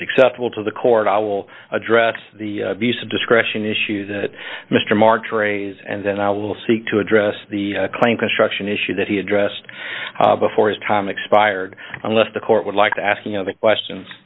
acceptable to the court i will address the abuse of discretion issues that mr march raise and then i will seek to address the claim construction issue that he addressed before his time expired unless the court would like to ask you know the question